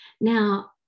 Now